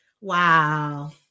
Wow